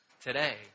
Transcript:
today